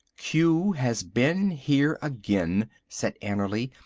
q has been here again, said annerly,